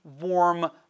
warm